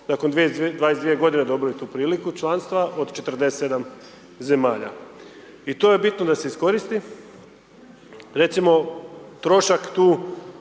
nakon 22 godine dobili tu priliku članstva od 47 zemalja. I to je bitno da se iskoristi recimo trošak tu